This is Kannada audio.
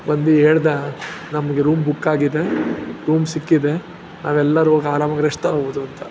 ಬಂದು ಹೇಳ್ದ ನಮಗೆ ರೂಮ್ ಬುಕ್ಕಾಗಿದೆ ರೂಮ್ ಸಿಕ್ಕಿದೆ ನಾವೆಲ್ಲರೂ ಹೋಗಿ ಆರಾಮಾಗಿ ರೆಸ್ಟ್ ತಗೊಬೋದು ಅಂತ